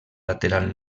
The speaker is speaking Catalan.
lateral